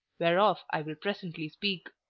whereof i will presently speak.